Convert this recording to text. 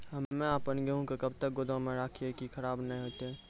हम्मे आपन गेहूँ के कब तक गोदाम मे राखी कि खराब न हते?